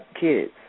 kids